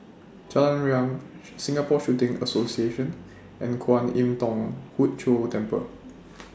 Jalan Riang Singapore Shooting Association and Kwan Im Thong Hood Cho Temple